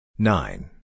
Nine